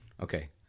okay